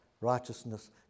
righteousness